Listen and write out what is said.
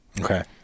Okay